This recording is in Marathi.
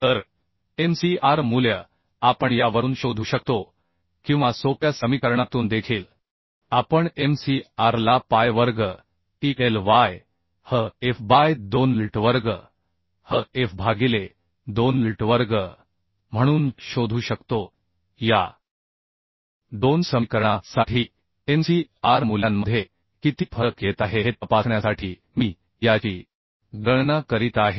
तर mcr मूल्य आपण यावरून शोधू शकतो किंवा सोप्या समीकरणातून देखील आपण mcr ला pi वर्ग EIyhf बाय 2Lt वर्ग hf भागिले 2 Lt वर्ग म्हणून शोधू शकतो या दोन समीकरणा साठी mcr मूल्यांमध्ये किती फरक येत आहे हे तपासण्यासाठी मी याची गणना करीत आहे